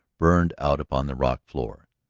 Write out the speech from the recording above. burned out upon the rock floor.